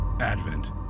Advent